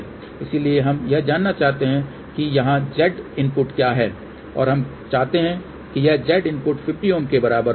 इसलिए हम यह जानना चाहते हैं कि यहाँ Z इनपुट क्या है और हम चाहते हैं कि यह Z इनपुट 50 Ω के बराबर हो